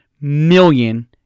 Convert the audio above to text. million